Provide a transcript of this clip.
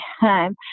time